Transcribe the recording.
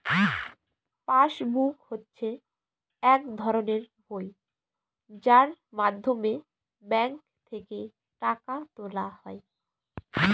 pass book হচ্ছে এক ধরনের বই যার মাধ্যমে ব্যাঙ্ক থেকে টাকা তোলা হয়